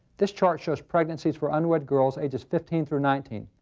this chart shows pregnancies for unwed girls ages fifteen through nineteen.